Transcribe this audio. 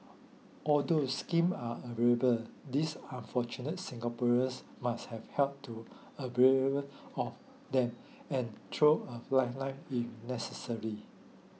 although scheme are available these unfortunate Singaporeans must have helped to avail of them and thrown a lifeline if necessary